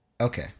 Okay